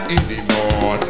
anymore